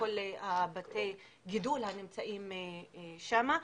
וכל בתי הגידול הנמצאים שם.